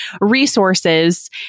resources